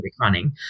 running